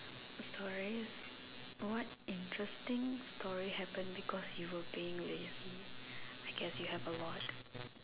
story what interesting story happen because you were being lazy I guess you have a lot